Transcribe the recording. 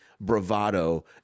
bravado